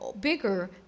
bigger